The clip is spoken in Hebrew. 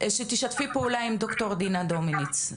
שתשתפי פעולה עם ד"ר דינה דומיניץ,